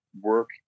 work